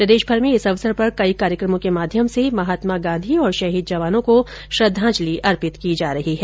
प्रदेशभर में इस अवसर पर कई कार्यकमों के माध्यम से महात्मा गांधी और शहीद जवानों को श्रद्धाजंलि अर्पित की जा रही है